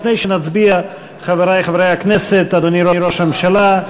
לפני שנצביע, חברי חברי הכנסת, אדוני ראש הממשלה,